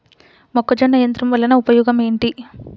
మొక్కజొన్న యంత్రం వలన ఉపయోగము ఏంటి?